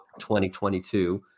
2022